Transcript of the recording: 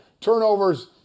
turnovers